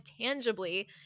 tangibly